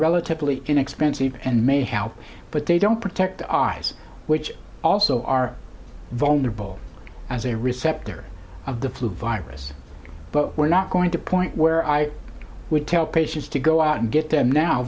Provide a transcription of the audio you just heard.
relatively inexpensive and may help but they don't protect the eyes which also are vulnerable as a receptor of the flu virus but we're not going to point where i would tell patients to go out and get them now